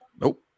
Nope